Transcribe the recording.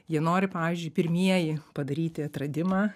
jie nori pavyzdžiui pirmieji padaryti atradimą